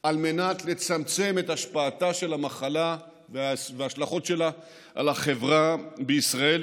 על מנת לצמצם את השפעתה של המחלה וההשלכות שלה על החברה בישראל,